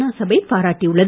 நா சபை பாராட்டியுள்ளது